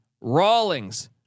Rawlings